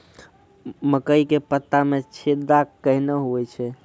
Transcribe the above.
मकई के पत्ता मे छेदा कहना हु छ?